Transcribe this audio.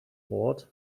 bored